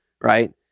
right